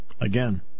Again